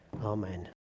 Amen